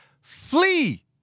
flee